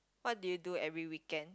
what do you do every weekend